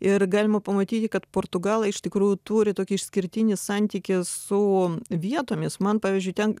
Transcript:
ir galima pamatyti kad portugalai iš tikrųjų turi tokį išskirtinį santykį su vietomis man pavyzdžiui ten